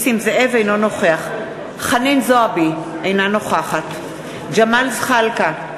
אינו נוכח חנין זועבי, אינה נוכחת ג'מאל זחאלקה,